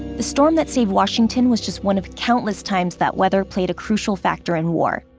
the storm that saved washington was just one of countless times that weather played a crucial factor in war.